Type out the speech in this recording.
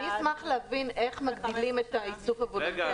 אני אשמח להבין איך מגדילים את האיסוף הוולונטרי.